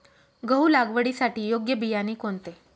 गहू लागवडीसाठी योग्य बियाणे कोणते?